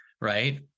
right